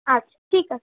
আচ্ছা ঠিক আছে